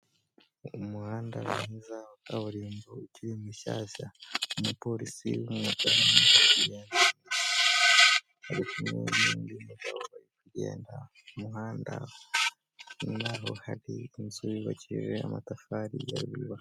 Umuhanda mwiza wa kaburimbo ukiri mushyashya. Umupolisi uri kumwe n'undi muntu, bari kugenda mumuhanda. Hari inzu yubakishijwe amatafari ya ruriba.